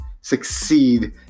succeed